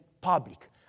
public